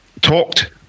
talked